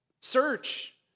Search